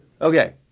Okay